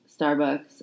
Starbucks